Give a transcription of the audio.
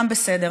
גם זה בסדר.